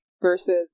versus